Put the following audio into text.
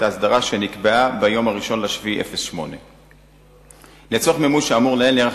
ההסדרה שנקבעה ב-1 ביולי 2008. לצורך מימוש האמור לעיל נערך